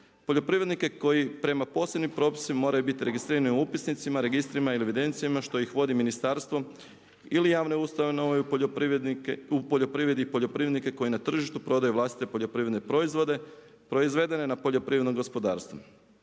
poljoprivrednike koji prema posebnim propisima moraju biti registrirani u upisnicima, registrima ili evidencija što ih vodi ministarstvo ili javne ustanove u poljoprivredi i poljoprivrednike koji na tržištu prodaju vlastite poljoprivredne koji na tržištu prodaju vlastite poljoprivredne proizvode